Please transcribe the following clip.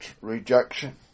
rejection